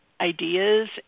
ideas